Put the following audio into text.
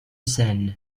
scène